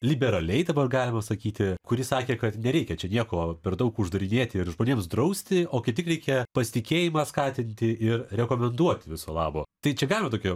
liberaliai dabar galima sakyti kuri sakė kad nereikia čia nieko per daug uždarinėti ir žmonėms drausti o kaip reikia pasitikėjimą skatinti ir rekomenduot viso labo tai čia galima tokią